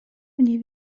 mniej